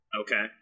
Okay